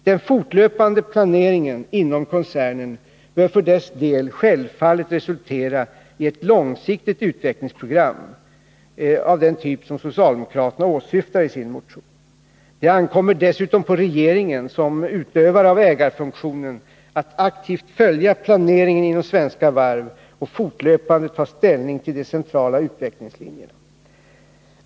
Den fortlöpande planeringen inom koncernen bör självfallet resultera i ett långsiktigt utvecklingsprogram av den typ socialdemokraterna åsyftar i sin motion. Det ankommer dessutom på regeringen som utövare av ägarfunktionen att aktivt följa planeringen inom Svenska Varv och fortlöpande ta ställning till de centrala utvecklingslinjerna.